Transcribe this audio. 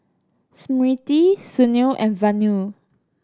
Smriti Sunil and Vanu